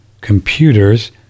computers